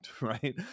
Right